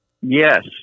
yes